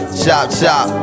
chop-chop